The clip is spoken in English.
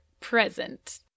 present